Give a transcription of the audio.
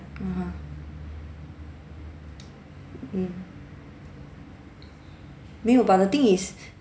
(uh huh) mm 没有 but the thing is